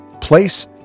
place